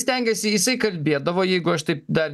stengėsi jisai kalbėdavo jeigu aš taip dar